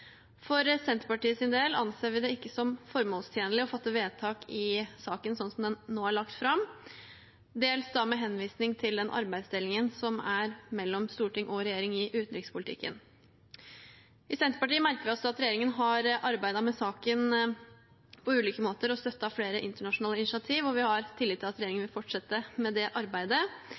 For Senterpartiets del anser vi det ikke som formålstjenlig å fatte vedtak i saken sånn som den nå er lagt fram, dels med henvisning til den arbeidsdelingen som er mellom storting og regjering i utenrikspolitikken. I Senterpartiet merker vi oss at regjeringen har arbeidet med saken på ulike måter og støttet flere internasjonale initiativ. Vi har tillit til at regjeringen vil fortsette med det arbeidet,